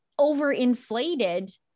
overinflated